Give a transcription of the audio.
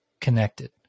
connected